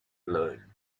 loan